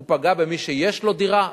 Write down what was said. הוא פגע במי שיש לו דירה,